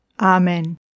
Amen